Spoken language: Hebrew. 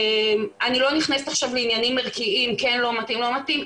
אני לא נכנסת עכשיו לעניינים ערכיים אם כן מתאים או לא מתאים,